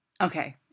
Okay